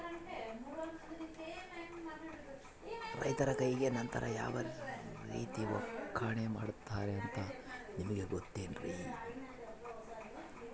ರೈತರ ಕೈಗೆ ನಂತರ ಯಾವ ರೇತಿ ಒಕ್ಕಣೆ ಮಾಡ್ತಾರೆ ಅಂತ ನಿಮಗೆ ಗೊತ್ತೇನ್ರಿ?